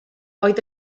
oedd